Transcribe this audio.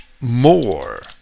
more